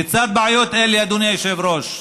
לצד בעיות אלה, אדוני היושב-ראש,